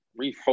refocus